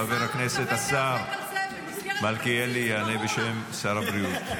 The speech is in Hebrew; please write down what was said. חבר הכנסת השר מלכיאלי יענה בשם שר הבריאות.